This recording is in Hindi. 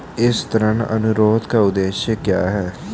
इस ऋण अनुरोध का उद्देश्य क्या है?